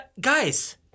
guys